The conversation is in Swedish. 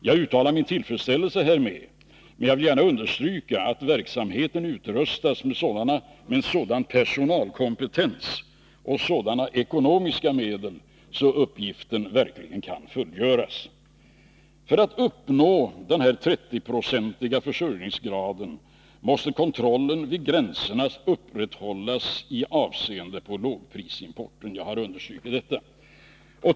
Jag uttalar min tillfredsställelse därmed, men jag vill gärna understryka att verksamheten måste utrustas med en sådan personalkompetens och sådana ekonomiska medel att uppgiften verkligen kan fullgöras. För att vi skall uppnå den 30-procentiga försörjningsgraden måste kontrollen vid gränserna med avseende på lågprisimporten upprätthållas. Jag har understrukit detta.